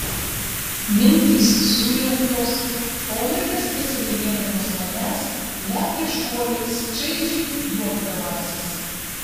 mintys sujauktos o laikas nesigailėdamas manęs lekia šuoliais čaižiai juokdamasis